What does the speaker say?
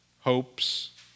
hopes